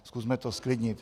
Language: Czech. Zkusme to zklidnit.